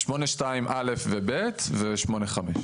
8(2)(א) ו-(ב) ו-8(5).